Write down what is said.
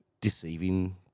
deceiving